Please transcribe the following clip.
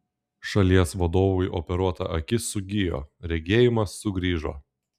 šalies vadovui operuota akis sugijo regėjimas sugrįžo